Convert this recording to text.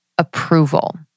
Approval